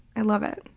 i love it.